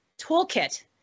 toolkit